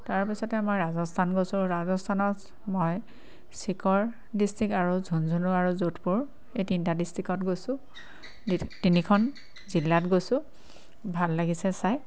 তাৰপিছতে মই ৰাজস্থান গৈছোঁ ৰাজস্থানত মই চিকৰ ডিষ্ট্ৰিক্ট আৰু ঝুনঝুনু আৰু যোধপুৰ এই তিনিটা ডিষ্ট্ৰিকত গৈছোঁ তিনিখন জিলাত গৈছোঁ ভাল লাগিছে চাই